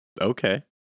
Okay